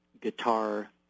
guitar-